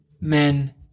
men